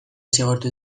zigortu